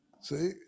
See